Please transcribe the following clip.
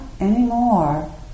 anymore